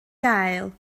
gael